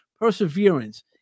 perseverance